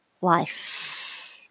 life